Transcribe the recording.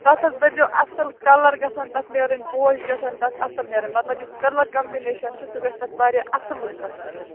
تتھ حَظ بَرۍزیٚو اَصٕل کَلر گژھَن تتھ نیرٕنۍ پوش گژھَن تتھ اصٕل نیرٕنۍ مطلب یُس کَلر کمبِنیشن چھُ سُہ گژھِ تتھ واریاہ اَصٕل گژھٕنۍ